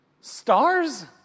Stars